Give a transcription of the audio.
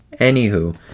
Anywho